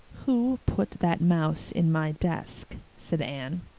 who put that mouse in my desk? said anne.